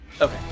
okay